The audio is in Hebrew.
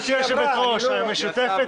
גברתי היושבת-ראש, המשותפת